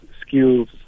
skills